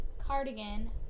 Cardigan